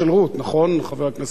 נכון, חבר הכנסת בן-ארי?